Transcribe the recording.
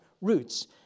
roots